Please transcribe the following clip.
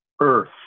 earth